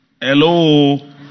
Hello